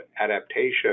adaptation